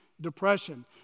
depression